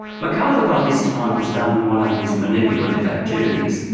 macarthur by this time has done one of his manipulative activities,